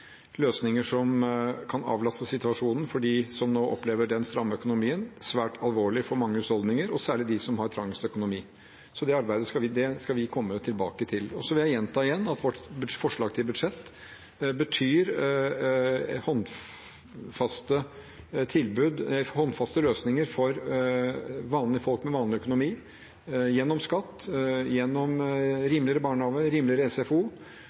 løsninger som kan avlaste situasjonen for dem som nå opplever en stram økonomi. Det er svært alvorlig for mange husholdninger og særlig for dem som har trangest økonomi. Det skal vi komme tilbake til. Så vil jeg igjen gjenta at vårt forslag til budsjett betyr håndfaste løsninger for vanlige folk med vanlig økonomi, gjennom skatt, rimeligere barnehage, rimeligere SFO,